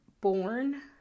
born